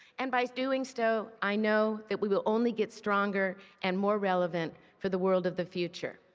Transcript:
and by doing so, i know that we will only get stronger and more relevant for the world of the future.